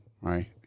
Right